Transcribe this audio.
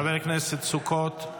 חבר הכנסת סוכות,